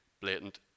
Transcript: blatant